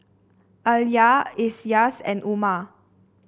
Alya Elyas and Umar